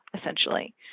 essentially